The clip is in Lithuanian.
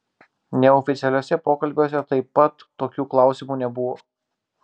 neoficialiuose pokalbiuose taip pat tokių klausimų nebuvo